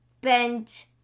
bent